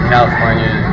California